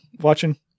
watching